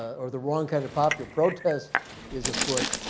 or the wrong kind of popular protest is afoot,